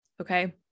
okay